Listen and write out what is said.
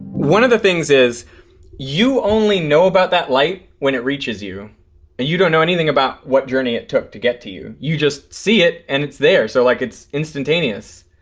one of the things is you only know about that light when it reaches you and you don't know anything about what journey it took to get to you. you just see it and it's there, so like it's instantaneous.